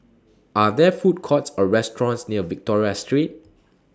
Are There Food Courts Or restaurants near Victoria Street